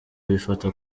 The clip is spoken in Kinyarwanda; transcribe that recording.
bifata